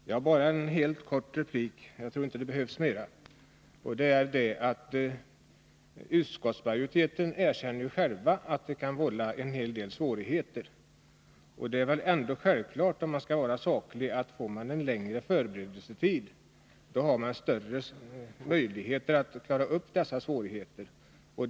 Herr talman! Bara en helt kort kommentar — jag tror inte det behövs mer. Utskottsmajoriteten erkänner ju själv att det kan bli en hel del svårigheter. För den som vill vara saklig är det ändå självklart, att får man en längre förberedelsetid, har man också större möjligheter att klara av svårigheterna.